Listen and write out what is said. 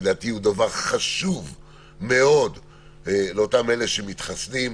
לדעתי הוא דבר חשוב מאוד לאותם אלה שמתחסנים,